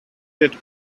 that